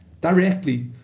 directly